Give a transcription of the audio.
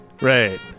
Right